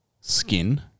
skin